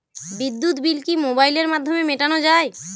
বিদ্যুৎ বিল কি মোবাইলের মাধ্যমে মেটানো য়ায়?